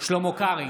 שלמה קרעי,